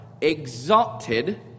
exalted